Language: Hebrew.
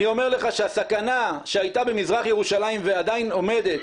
אני אומר לך שהסכנה שהייתה במזרח ירושלים ועדיין עומדת,